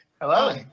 Hello